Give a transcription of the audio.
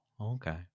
okay